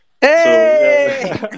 Hey